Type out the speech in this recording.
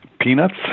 Peanuts